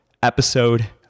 Episode